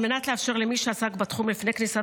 על מנת לאפשר למי שעסק בתחום לפני כניסת